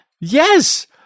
Yes